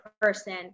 person